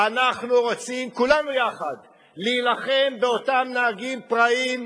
אנחנו רוצים כולנו יחד להילחם באותם נהגים פראיים,